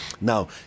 Now